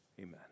amen